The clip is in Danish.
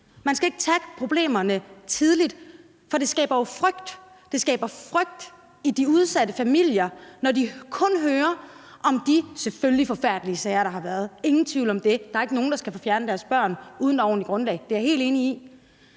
man skal ikke tage problemerne tidligt. Det skaber jo frygt i de udsatte familier, når de kun hører om de, selvfølgelig forfærdelige, sager, der har været – ingen tvivl om det. Der er ikke nogen, der skal få fjernet deres børn uden et ordentligt grundlag; det er jeg helt enig i.